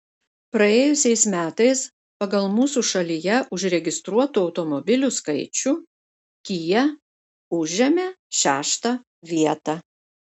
praėjusiais metais pagal mūsų šalyje užregistruotų automobilių skaičių kia užėmė šeštą vietą